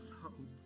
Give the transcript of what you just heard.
hope